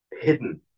hidden